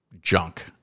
junk